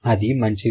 అది మంచిది